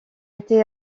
été